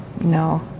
No